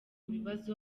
bibazo